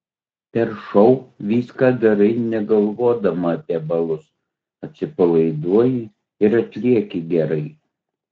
per šou viską darai negalvodama apie balus atsipalaiduoji ir atlieki gerai